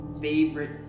favorite